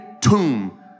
tomb